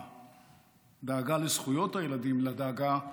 מהדאגה לזכויות הילדים לדאגה לילדים.